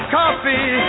coffee